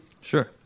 Sure